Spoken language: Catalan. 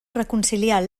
reconciliar